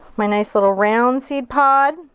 my nice little round seed pod.